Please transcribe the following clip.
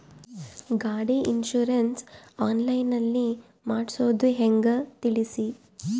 ಗಾಡಿ insurance online ನಲ್ಲಿ ಮಾಡ್ಸೋದು ಹೆಂಗ ತಿಳಿಸಿ?